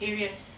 areas